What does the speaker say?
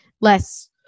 less